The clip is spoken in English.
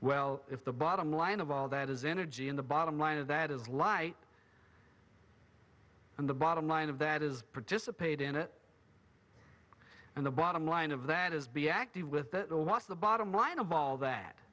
well if the bottom line of all that is energy in the bottom line of that is light and the bottom line of that is participate in it and the bottom line of that is be active with it all what's the bottom line of all that